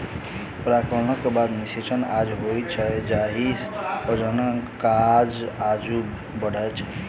परागणक बाद निषेचनक काज होइत छैक जाहिसँ प्रजननक काज आगू बढ़ैत छै